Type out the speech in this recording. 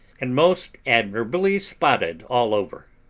and most admirably spotted all over.